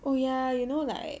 oh yeah you know like